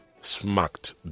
smacked